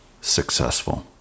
successful